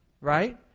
right